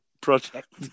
project